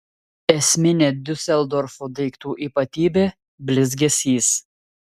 esminė diuseldorfo daiktų ypatybė blizgesys